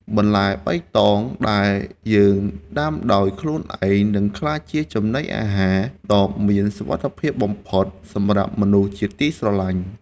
បន្លែបៃតងដែលយើងដាំដោយខ្លួនឯងនឹងក្លាយជាចំណីអាហារដ៏មានសុវត្ថិភាពបំផុតសម្រាប់មនុស្សជាទីស្រឡាញ់។